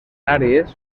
àrees